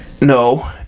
no